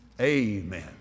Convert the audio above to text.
Amen